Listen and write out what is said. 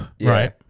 right